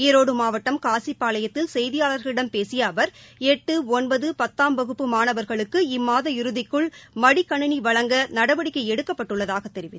ஈரோடு மாவட்டம் காசிப்பாளையத்தில் செய்தியாளர்களிடம் பேசிய அவர் எட்டு ஒன்பது பத்தாம் வகுப்பு மாணவர்களுக்கு இம்மாத இறுதிக்குள் மடிக்கணினி வழங்க நடவடிக்ககை எடுக்கப்பட்டுள்ளதாகத் தெரிவித்ார்